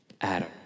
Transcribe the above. Adam